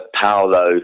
Paolo